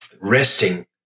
resting